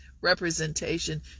representation